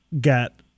get